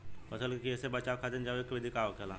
फसल के कियेसे बचाव खातिन जैविक विधि का होखेला?